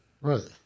Right